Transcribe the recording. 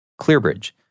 ClearBridge